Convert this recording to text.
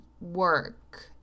work